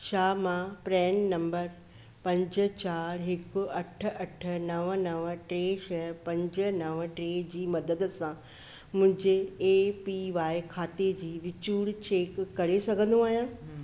छा मां प्रैन नंबर पंज चारि हिकु अठ अठ नव नव टे छह पंज नव ते जी मदद सां मुंहिंजे ए पी वाइ खाते जी विचूड़ चेक करे सघंदी आहियां